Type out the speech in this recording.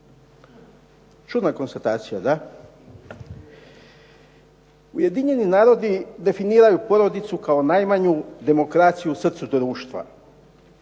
Čudna konstatacija, da. Ujedinjeni narodi definiraju porodicu kao najmanju demokraciju u srcu društva.